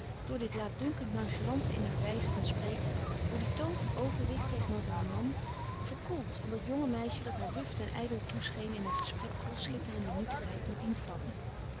door dit laatdunkend nonchalante in haar wijze van spreken door dien toon van overwicht tegenover haar man verkoeld van dat jonge meisje dat haar wuft en ijdel toescheen in haar gesprek vol schitterende nietigheid met dien fat